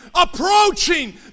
approaching